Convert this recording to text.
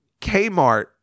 Kmart